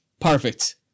Perfect